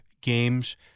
games